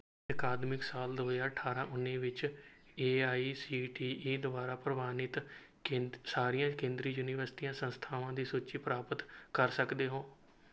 ਅਕਾਦਮਿਕ ਸਾਲ ਦੋ ਹਜ਼ਾਰ ਅਠਾਰਾਂ ਉੱਨੀ ਵਿੱਚ A I C T E ਦੁਆਰਾ ਪ੍ਰਵਾਨਿਤ ਕੇਂਦ ਸਾਰੀਆਂ ਕੇਂਦਰੀ ਯੂਨੀਵਰਸਿਟੀ ਸੰਸਥਾਵਾਂ ਦੀ ਸੂਚੀ ਪ੍ਰਾਪਤ ਕਰ ਸਕਦੇ ਹੋ